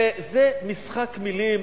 זה משחק מלים,